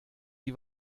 die